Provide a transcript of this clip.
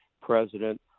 president